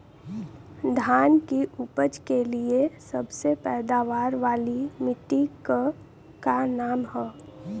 धान की उपज के लिए सबसे पैदावार वाली मिट्टी क का नाम ह?